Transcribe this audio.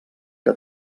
que